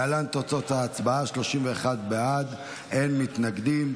להלן תוצאות ההצבעה: 31 בעד, אין מתנגדים.